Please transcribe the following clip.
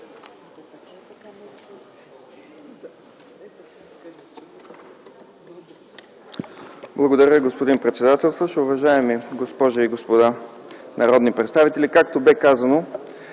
Благодаря, господин председател. Уважаеми госпожи и господа народни представители, както е казано